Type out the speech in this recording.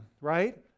right